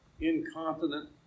incontinent